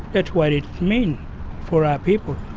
that's what it means for our people.